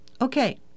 okay